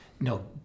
No